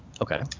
Okay